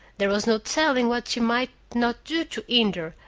there was no telling what she might not do to hinder,